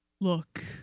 Look